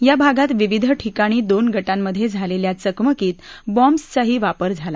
या भागात विविध ठिकाणी दोन गटांमधे झालेल्या चकमकीत बाँब्सचाही वापर झाला